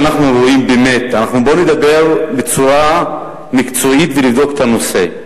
בואו נדבר בצורה מקצועית ונבדוק את הנושא.